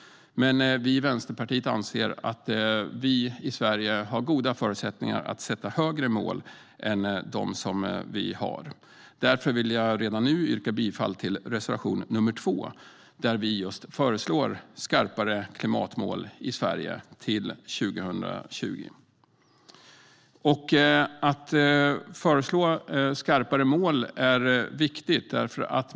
Men vi i Vänsterpartiet anser att vi i Sverige har goda förutsättningar att sätta högre mål än de vi har. Därför vill jag redan nu yrka bifall till reservation nr 2, där vi föreslår skarpare klimatmål i Sverige till 2020. Att föreslå skarpare mål är viktigt.